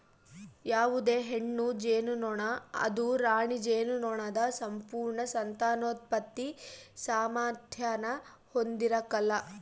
ಯಾವುದೇ ಹೆಣ್ಣು ಜೇನುನೊಣ ಅದು ರಾಣಿ ಜೇನುನೊಣದ ಸಂಪೂರ್ಣ ಸಂತಾನೋತ್ಪತ್ತಿ ಸಾಮಾರ್ಥ್ಯಾನ ಹೊಂದಿರಕಲ್ಲ